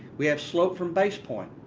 we have slope from base point.